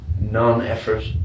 non-effort